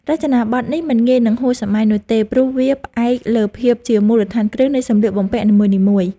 រចនាប័ទ្មនេះមិនងាយនឹងហួសសម័យនោះទេ ព្រោះវាផ្អែកលើភាពជាមូលដ្ឋានគ្រឹះនៃសម្លៀកបំពាក់នីមួយៗ។